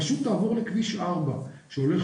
פשוט תעבור לכביש ארבע, שהולך